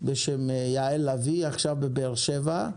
בשם יעל לביא עכשיו בבאר שבא,